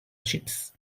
chips